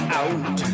out